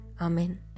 Amen